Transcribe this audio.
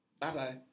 Bye-bye